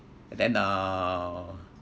and then uh